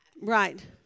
right